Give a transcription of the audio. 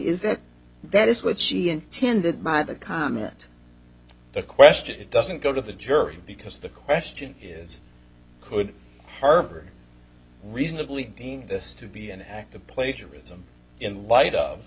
is that that is what she intended my to comment the question it doesn't go to the jury because the question is could harbor reasonably paint this to be an act of plagiarism in light of